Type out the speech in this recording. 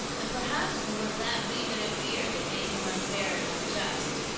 and perhaps it was that wee bit of fear that made him unfair and unjust.